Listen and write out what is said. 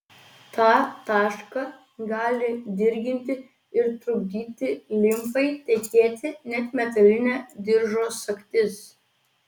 tą tašką gali dirginti ir trukdyti limfai tekėti net metalinė diržo sagtis